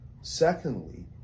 Secondly